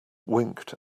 winked